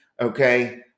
okay